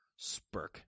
Spurk